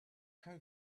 how